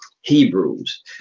Hebrews